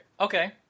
okay